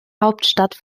hauptstadt